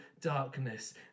darkness